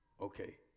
Okay